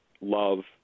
love